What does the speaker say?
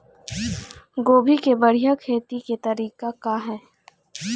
गोभी के बढ़िया खेती के तरीका का हे?